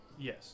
Yes